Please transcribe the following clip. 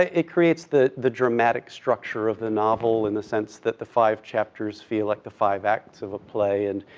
ah it creates the the dramatic structure of the novel, in the sense that the five chapters feel like the five acts of a play, and,